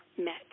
met